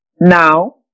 Now